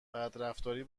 بدرفتاری